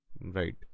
Right